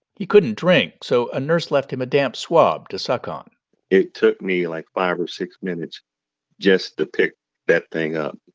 he couldn't drink, so a nurse left him a damp swab to suck on it took me, like, five or six minutes just to pick that thing up,